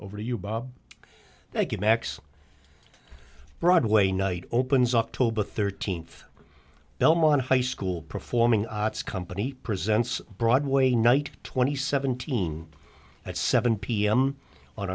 to you bob thank you max broadway night opens up toba thirteenth belmont high school performing arts company presents broadway night twenty seventeen at seven pm on